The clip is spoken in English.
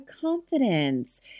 confidence